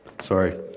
Sorry